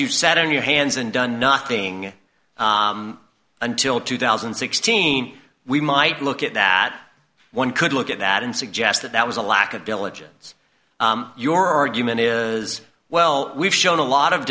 you sat on your hands and done nothing until two thousand and sixteen we might look at that one could look at that and suggest that that was a lack of diligence your argument was well we've shown a lot of